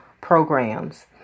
Programs